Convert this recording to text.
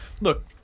look